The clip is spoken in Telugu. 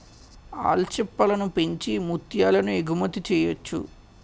ఆల్చిప్పలను పెంచి ముత్యాలను ఎగుమతి చెయ్యొచ్చు